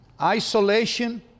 Isolation